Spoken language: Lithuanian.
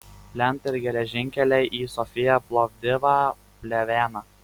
plentai ir geležinkeliai į sofiją plovdivą pleveną